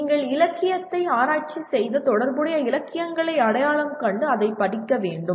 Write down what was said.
நீங்கள் இலக்கியத்தை ஆராய்ச்சி செய்து தொடர்புடைய இலக்கியங்களை அடையாளம் கண்டு அதைப் படிக்க வேண்டும்